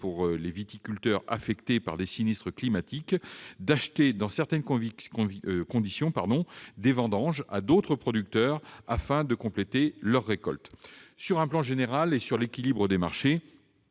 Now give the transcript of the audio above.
pour les viticulteurs affectés par des sinistres climatiques, d'acheter dans certaines conditions des vendanges à d'autres producteurs afin de compléter leur récolte. Sur le plan plus général de l'équilibre des marchés,